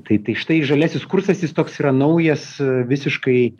tai tai štai žaliasis kursas jis toks yra naujas visiškai